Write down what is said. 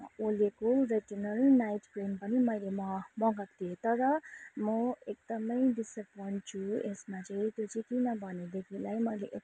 ओलेको retinol night cream पनि मैले म मगाएको थिएँ तर म एकदमै डिसएपइन्ट छु यसमा चाहिँ त्यो चाहिँ किन भने देखिलाई मैले